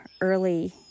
early